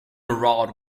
route